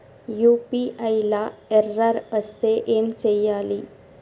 UPI లా error వస్తే ఏం చేయాలి?